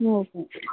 ହଁ